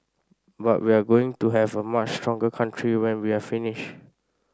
but we're going to have a much stronger country when we're finished